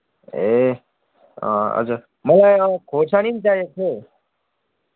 ए हजुर मलाई खोर्सानी पनि चाहिएको थियो हौ